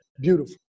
Beautiful